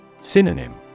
Synonym